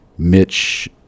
mitch